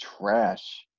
trash